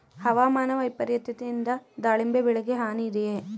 ಹವಾಮಾನ ವೈಪರಿತ್ಯದಿಂದ ದಾಳಿಂಬೆ ಬೆಳೆಗೆ ಹಾನಿ ಇದೆಯೇ?